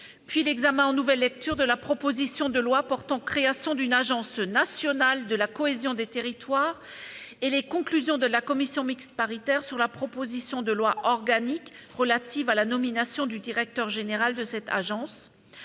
puis l'examen en nouvelle lecture de la proposition de loi portant création d'une Agence nationale de la cohésion des territoires et les conclusions de la commission mixte paritaire sur la proposition de loi organique relative à la nomination du directeur général de cette agence.